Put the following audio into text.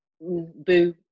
boo